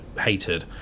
hated